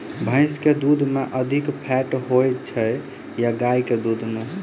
भैंस केँ दुध मे अधिक फैट होइ छैय या गाय केँ दुध में?